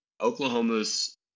Oklahoma's